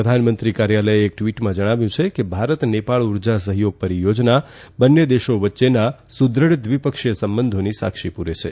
પ્રધાનમંત્રી કાર્યાલયે એક ટિવટમાં જણાવ્યું છે કે ભારત નેપાળ ઉર્જા સહયોગ પરિયોજના બંને દેશો વચ્ચેના સૃદૃઢ દ્વિપક્ષીય સંબધોની સાક્ષી પૂરે છે